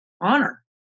honor